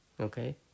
Okay